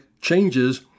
changes